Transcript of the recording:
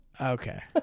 Okay